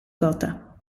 gotha